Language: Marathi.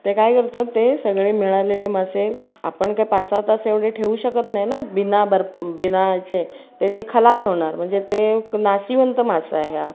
ते काय करतात ते सगळे मिळालेले मासे आपण काय पाच सहा तास एवढे ठेऊ शकत नाही ना बिना बर्फ बिना याचे तर ते खलास होणार म्हणजे ते नाशवंत मासा आहे हा